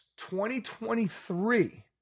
2023